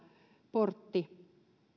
portti